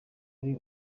ari